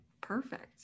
perfect